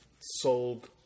sold